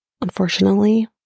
unfortunately